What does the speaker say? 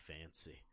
fancy